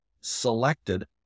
selected